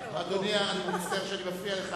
אדוני, אני מצטער שאני מפריע לך,